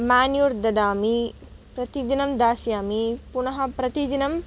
manure ददामि प्रतिदिनं दास्यामि पुनः प्रतिदिनम्